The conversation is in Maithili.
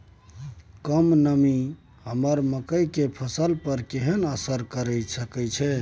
कम नमी हमर मकई के फसल पर केहन असर करिये सकै छै?